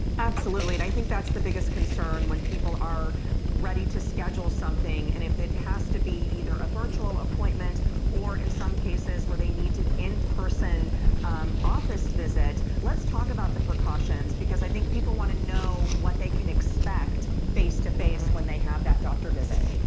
absolutely. i think that's the biggest concern when people are ready to schedule something and if it has to be either a virtual appointment or in some cases where they need in-person office visit, let's talk about the precaution because i think people want to know what they can expect face to face when they have that doctor visit.